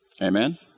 Amen